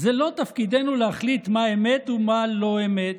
זה לא תפקידנו להחליט מה אמת ומה לא אמת.